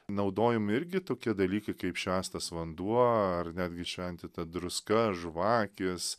naudojami irgi tokie dalykai kaip švęstas vanduo ar netgi šventinta druska žvakės